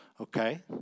Okay